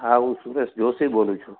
હા હું સુરેશ જોશી બોલું છું